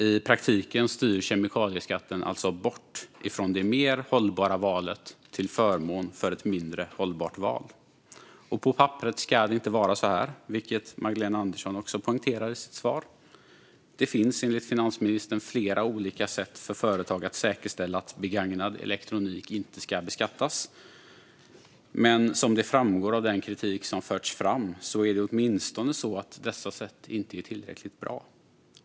I praktiken styr kemikalieskatten alltså bort från det mer hållbara valet, till förmån för ett mindre hållbart val. På papperet ska det inte vara så här, vilket Magdalena Andersson också poängterar i sitt svar. Det finns enligt finansministern flera olika sätt för företag att säkerställa att begagnad elektronik inte beskattas, men som framgår av den kritik som förts fram är det åtminstone så att dessa sätt inte är tillräckligt bra.